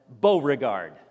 Beauregard